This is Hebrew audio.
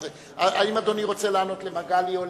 האם אדוני רוצה לענות למגלי?